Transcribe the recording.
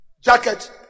jacket